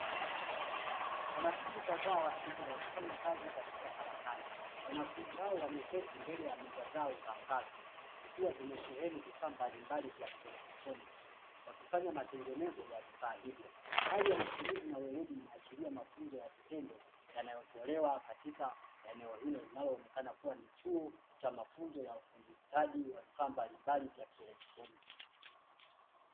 Wanafunzi kadhaa wa kiume wakifanya kazi katika karakana, wanafunzi hao wameketi mbele ya meza zao za kazi zikiwa zimesheheni vifaa mbalimbali vya kielektroniki, wakifanya matengenezo ya vifaa hivyo hali ya utulivu na uweledi, inaashiria mafunzo ya vitendo yanayotolewa katika eneo hilo, linaloonekana kuwa ni chuo cha mafunzo ya ufundi stadi wa vifaa mbalimbali vya kielektroniki.